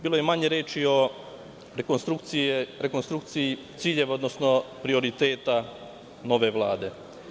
Bilo je manje reči o rekonstrukciji ciljeva, odnosno prioriteta nove Vlade.